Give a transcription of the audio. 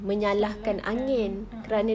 menyalahkan a'ah